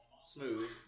smooth